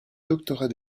doctorat